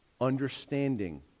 understanding